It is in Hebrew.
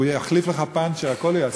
הוא יחליף לך גלגל עם פנצ'ר, הכול הוא יעשה.